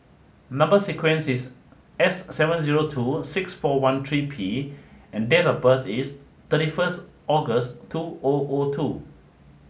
number sequence is S seven zero two six four one three P and date of birth is thirty first August two O O two